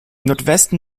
nordwesten